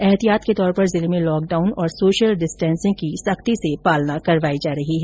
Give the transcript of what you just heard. ऐहतियात के तौर पर जिले में लॉकडाउन और सोशल डिस्टेसिंग की सख्ती से पालना करवाई जा रही है